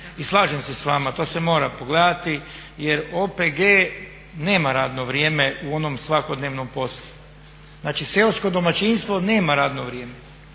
i slažem se sa vama to se mora pogledati jer OPG nema radno vrijeme u onom svakodnevnom poslu. Znači seosko domaćinstvo nema radno vrijeme,